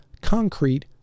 concrete